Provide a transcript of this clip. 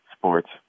sports